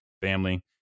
family